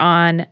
on